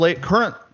current